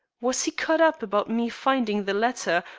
was he cut up about me finding the letter,